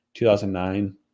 2009